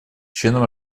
членом